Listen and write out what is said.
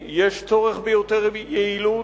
יש צורך ביותר יעילות.